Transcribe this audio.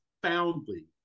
profoundly